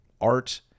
art